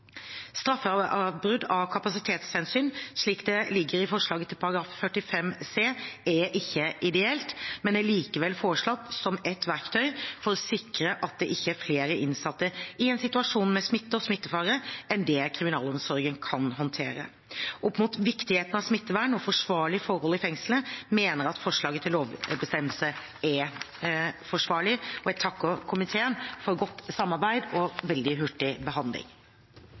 av kapasitetshensyn, slik det ligger i forslaget til § 45 c, er ikke ideelt, men er likevel foreslått som et verktøy for å sikre at det ikke er flere innsatte i en situasjon med smitte og smittefare enn det kriminalomsorgen kan håndtere. Opp mot viktigheten av smittevern og forsvarlige forhold i fengslene mener jeg at forslaget til lovbestemmelse er forsvarlig, og jeg takker komiteen for godt samarbeid og veldig hurtig behandling.